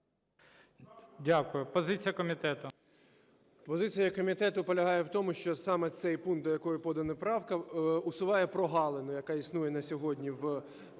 Дякую. Позиція комітету.